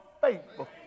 faithful